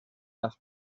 las